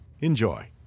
Enjoy